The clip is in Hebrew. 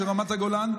ברמת הגולן,